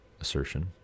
assertion